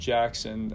Jackson